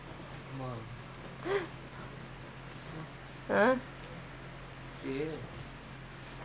what is the covid nineteen did for you